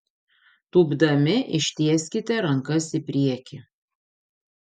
tūpdami ištieskite rankas į priekį